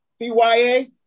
CYA